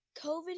COVID